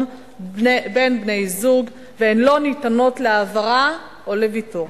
בין בני-זוג והן לא ניתנות להעברה או לוויתור.